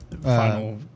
final